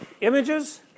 Images